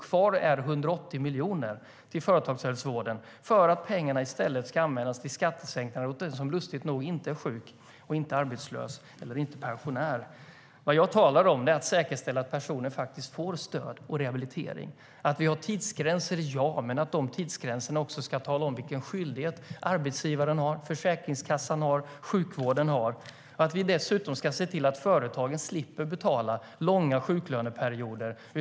Kvar är 180 miljoner till företagshälsovården eftersom pengarna i stället ska användas till skattesänkningar åt den som, lustigt nog, inte är sjuk, arbetslös eller pensionär. Det jag talar om är att säkerställa att personer faktiskt får stöd och rehabilitering. Vi ska ha tidsgränser, men dessa tidsgränser ska också tala om vilken skyldighet arbetsgivaren, Försäkringskassan och sjukvården har. Vi ska dessutom se till att företagen slipper betala långa sjuklöneperioder.